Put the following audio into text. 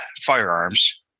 firearms